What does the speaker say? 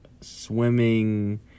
swimming